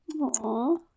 Aww